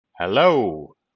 Hello